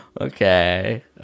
Okay